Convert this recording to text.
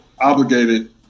obligated